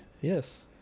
Yes